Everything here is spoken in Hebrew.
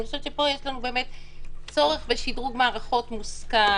אני חושבת שפה יש לנו באמת צורך בשדרוג מערכות מוסכם,